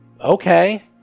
Okay